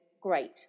great